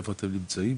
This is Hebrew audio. איפה אתם נמצאים?